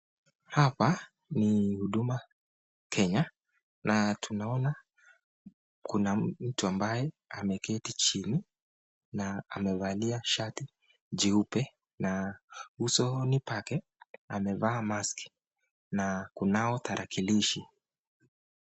Hapa ni huduma kenya na tunaona kuna mtu ambaye ameketi chini na amevalia shati jeupe na usoni pake amevaa maski na kunayo tarakilishi.